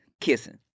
Kissing